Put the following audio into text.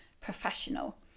professional